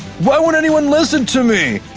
why won't anyone listen to me?